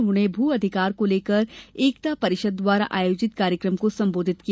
उन्होंने भू अधिकार को लेकर एकता परिषद द्वारा आयोजित कार्यक्रम को संबोधित किया